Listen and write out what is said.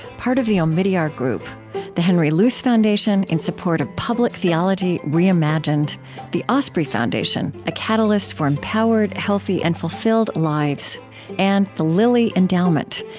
part of the omidyar group the henry luce foundation, in support of public theology reimagined the osprey foundation, a catalyst for empowered, healthy, and fulfilled lives and the lilly endowment,